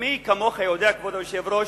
ומי כמוך יודע, כבוד היושב-ראש,